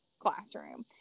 classroom